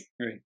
Right